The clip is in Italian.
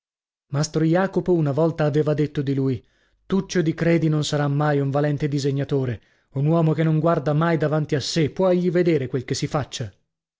mastro jacopo una volta aveva detto di lui tuccio di credi non sarà mai un valente disegnatore un uomo che non guarda mai davanti a sè può egli vedere quel che si faccia